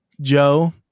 Joe